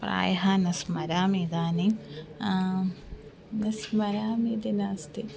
प्रायः न स्मरामि इदानीं न स्मरामि इति नास्ति